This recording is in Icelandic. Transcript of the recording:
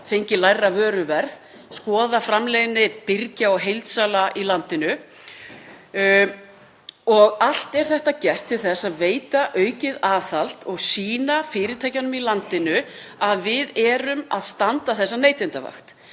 lægra vöruverð og skoða framleiðni birgja og heildsala í landinu. Allt er þetta gert til þess að veita aukið aðhald og sýna fyrirtækjunum í landinu að við erum að standa þessa neytendavakt.